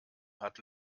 hat